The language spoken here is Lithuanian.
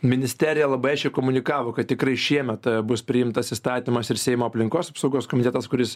ministerija labai aiškiai komunikavo kad tikrai šiemet a bus priimtas įstatymas ir seimo aplinkos apsaugos komitetas kuris